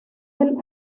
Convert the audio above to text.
del